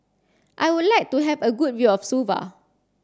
I would like to have a good view of Suva